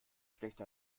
schlecht